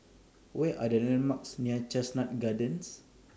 Where Are The landmarks near Chestnut Gardens